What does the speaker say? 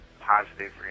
positive